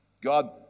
God